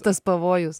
tas pavojus